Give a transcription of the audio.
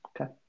Okay